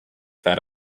that